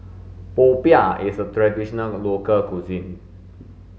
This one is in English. popiah is a traditional local cuisine